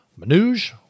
Manoj